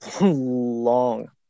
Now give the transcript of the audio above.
long